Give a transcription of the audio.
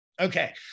Okay